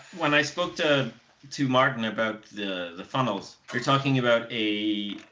when i spoke to to martin about the funnels. you're talking about a.